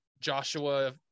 joshua